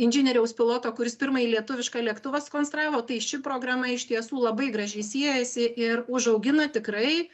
inžinieriaus piloto kuris pirmąjį lietuvišką lėktuvą sukonstravo tai ši programa iš tiesų labai gražiai siejasi ir užaugina tikrai